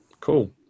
Cool